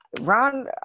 Ron